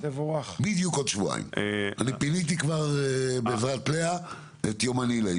אני פיניתי בעזרת לאה את יומני לעניין.